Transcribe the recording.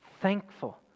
thankful